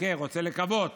רוצה לקוות